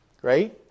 Great